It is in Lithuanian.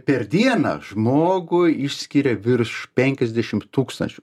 per dieną žmogui išskiria virš penkiasdešimt tūkstančių